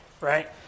right